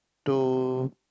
to